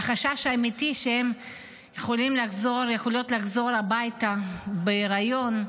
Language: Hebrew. והחשש אמיתי שהן יכולות לחזור הביתה בהיריון,